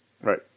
Right